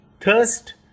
thirst